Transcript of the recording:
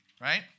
right